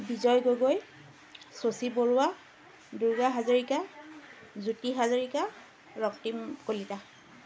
Vijay Gogoi Shashi Barua Durga Hazarika Jyoti Hazarika Raktim Kalita